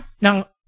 Now